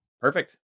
Perfect